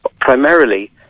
Primarily